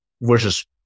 versus